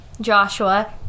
Joshua